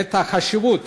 את החשיבות